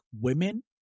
women